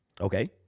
Okay